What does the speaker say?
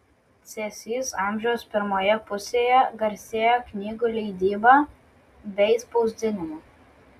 cėsys amžiaus pirmoje pusėje garsėjo knygų leidyba bei spausdinimu